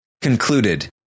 concluded